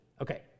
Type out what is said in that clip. Okay